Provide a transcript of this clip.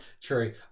True